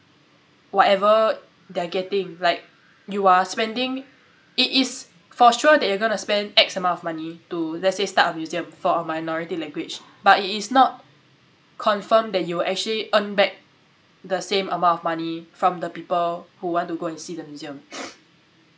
whatever they're getting like you are spending it is for sure that you're gonna spend X amount of money to let's say start a museum for a minority language but it is not confirmed that you will actually earn back the same amount of money from the people who want to go and see the museum